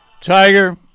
Tiger